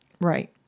right